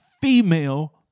female